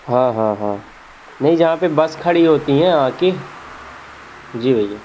हाँ हाँ हाँ नहीं जहाँ पे बस खड़ी होती है यहाँ की जी भैया